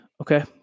okay